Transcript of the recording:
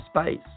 space